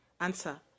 Answer